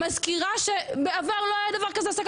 אני מזכירה שבעבר לא היה דבר כזה של העסקה